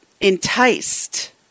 enticed